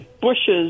bushes